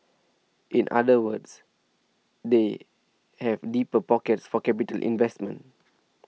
in other words they have deeper pockets for capitally investments